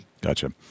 Gotcha